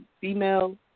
female